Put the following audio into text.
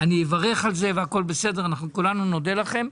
אני אברך על זה והכול בסדר ואנחנו כולנו נודה לכם.